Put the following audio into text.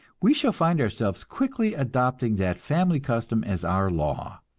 we shall find ourselves quickly adopting that family custom as our law,